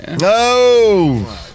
No